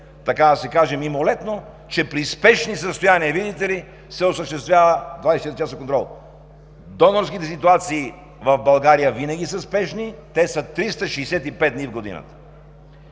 така да се каже, мимолетно, че при спешни състояния, видите ли, се осъществява 24-часов контрол. Донорските ситуации в България винаги са спешни, те са 365 дни в годината.